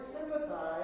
sympathize